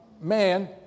man